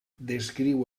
descriu